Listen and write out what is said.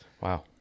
Wow